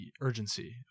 urgency